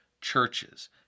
churches